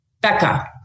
Becca